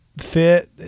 fit